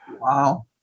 Wow